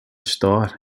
store